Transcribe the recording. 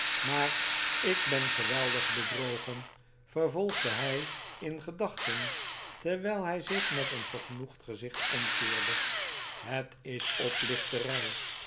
maar ik ben geweldig bedrogen vervolgde hij in gedachten terwijl hij zich met een vergenoegd gezicht omkeerde het is oplichterij